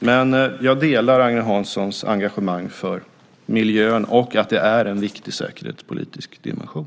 Men jag delar Agne Hanssons engagemang för miljön och uppfattningen att miljön är en viktig säkerhetspolitisk dimension.